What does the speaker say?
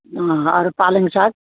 अँ अरू पालङ साग